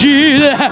Jesus